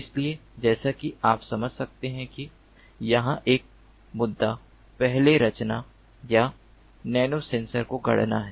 इसलिए जैसा कि आप समझ सकते हैं कि यहाँ एक मुद्दा पहले रचना या नैनोसेंसर को गढ़ना है